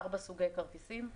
יש ארבעה סוגי כרטיסים,